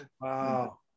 Wow